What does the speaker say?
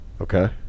okay